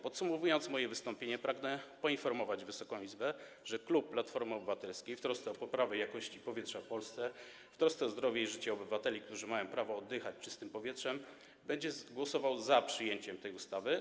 Podsumowując moje wystąpienie, pragnę poinformować Wysoką Izbę, że klub Platformy Obywatelskiej w trosce o poprawę jakości powietrza w Polsce, w trosce o zdrowie i życie obywateli, którzy mają prawo oddychać czystym powietrzem, będzie głosował za przyjęciem tej ustawy.